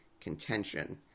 contention